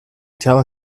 tell